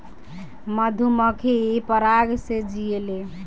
मधुमक्खी पराग से जियेले